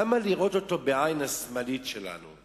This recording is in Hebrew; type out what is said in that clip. למה לראות אותו בעין השמאלית שלנו?